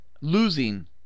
Losing